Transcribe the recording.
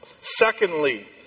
Secondly